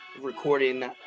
recording